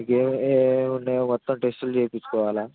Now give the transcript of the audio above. మీకు ఏమేవి ఏమేవి ఉన్నాయో మొత్తం టెస్ట్లు చేయించుకోవాలి